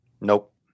Nope